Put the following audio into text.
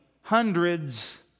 hundreds